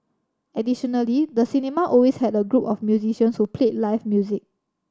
additionally the cinema always had a group of musicians who played live music